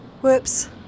Whoops